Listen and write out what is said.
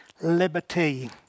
Liberty